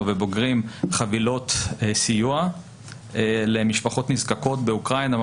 ובוגרים חבילות סיוע למשפחות נזקקות באוקראינה,